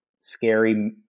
scary